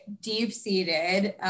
deep-seated